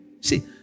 See